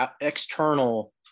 external